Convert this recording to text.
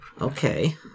okay